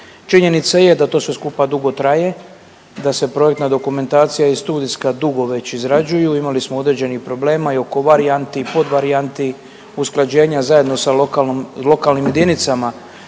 Činjenica je da to sve skupa dugo traje, da se projektna dokumentacija i studijska dugo već izrađuju. Imali smo određenih problema i oko varijanti i podvarijanti usklađenja zajedno sa lokalnim jedinicama